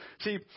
See